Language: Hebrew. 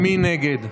מי נגד?